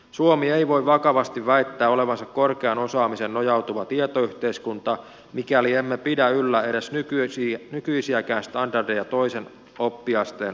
suomi ei voi vakavasti väittää olevansa korkeaan osaamiseen nojautuva tietoyhteiskunta mikäli emme pidä yllä edes nykyisiä standardeja toisen oppiasteen oppilaitoksissa